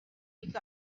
picked